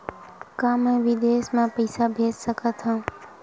का मैं विदेश म पईसा भेज सकत हव?